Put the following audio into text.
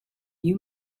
you